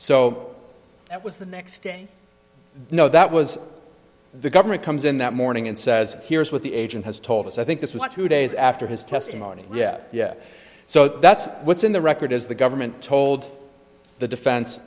so that was the next day you know that was the government comes in that morning and says here's what the agent has told us i think this was two days after his testimony yeah yeah so that's what's in the record is the government told the defen